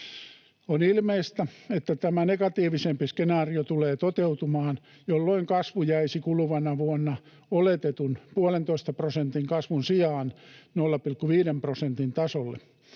On ilmeistä, että tämä negatiivisempi skenaario tulee toteutumaan, jolloin kasvu jäisi kuluvana vuonna oletetun 1,5 prosentin kasvun sijaan 0,5 prosentin tasolle,